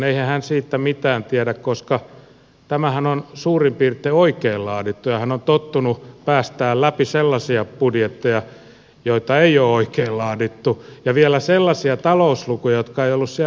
eihän hän siitä mitään tiedä koska tämähän on suurin piirtein oikein laadittu ja hän on tottunut päästämään läpi sellaisia budjetteja joita ei ole oikein laadittu ja vielä sellaisia talouslukuja jotka eivät ole olleet siellä päinkään